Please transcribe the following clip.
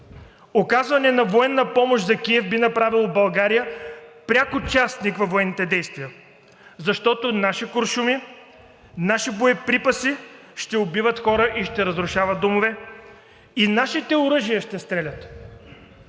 Оказване на военна помощ за Киев би направило България пряк участник във военните действия, защото наши куршуми, наши боеприпаси ще убиват хора и ще разрушават домове, и нашите оръжия ще стрелят.